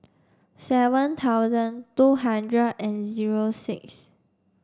seven thousand two hundred and zero six